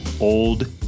old